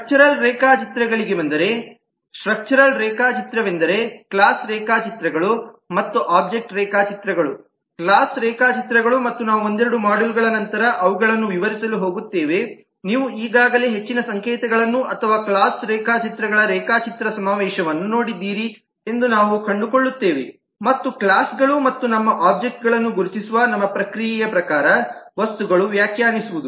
structure ರೇಖಾಚಿತ್ರಗಳಿಗೆ ಬಂದರೆ ಮುಖ್ಯಸ್ಟ್ರಕ್ಚರ್ ರೇಖಾಚಿತ್ರವೆಂದರೆ ಕ್ಲಾಸ್ ರೇಖಾಚಿತ್ರಗಳು ಮತ್ತು ಒಬ್ಜೆಕ್ಟ್ ರೇಖಾಚಿತ್ರಗಳು ಕ್ಲಾಸ್ ರೇಖಾ ಚಿತ್ರಗಳು ಮತ್ತು ನಾವು ಒಂದೆರಡು ಮಾಡ್ಯೂಲ್ಗಳ ನಂತರ ಅವುಗಳನ್ನು ವಿವರಿಸಲು ಹೋಗುತ್ತೇವೆ ನೀವು ಈಗಾಗಲೇ ಹೆಚ್ಚಿನ ಸಂಕೇತಗಳನ್ನು ಅಥವಾ ಕ್ಲಾಸ್ ರೇಖಾಚಿತ್ರಗಳ ರೇಖಾಚಿತ್ರ ಸಮಾವೇಶವನ್ನು ನೋಡಿದ್ದೀರಿ ಎಂದು ನಾವು ಕಂಡುಕೊಳ್ಳುತ್ತೇವೆ ಮತ್ತು ಕ್ಲಾಸ್ ಗಳು ಮತ್ತು ನಮ್ಮ ಒಬ್ಜೆಕ್ಟ್ಗಳನ್ನು ಗುರುತಿಸುವ ನಮ್ಮ ಪ್ರಕ್ರಿಯೆಯ ಪ್ರಕಾರ ವಸ್ತುಗಳು ವ್ಯಾಖ್ಯಾನಿಸುವುದು